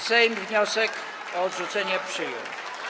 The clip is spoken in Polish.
Sejm wniosek o odrzucenie przyjął.